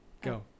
Go